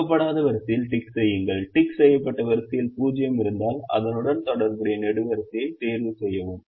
ஒதுக்கப்படாத வரிசையில் டிக் செய்யுங்கள் டிக் செய்யப்பட்ட வரிசையில் 0 இருந்தால் அதனுடன் தொடர்புடைய நெடுவரிசையைத் தேர்வுசெய்யவும்